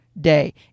day